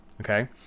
okay